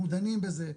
אנחנו דנים בזה,